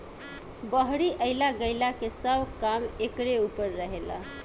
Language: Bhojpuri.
बहरी अइला गईला के सब काम एकरे ऊपर रहेला